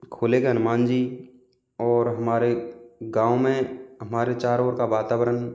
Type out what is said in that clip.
खोले के हनुमान जी और हमारे गाँव में हमारे चारों ओर का वातावरण